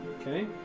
Okay